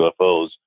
UFOs